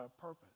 purpose